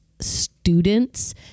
students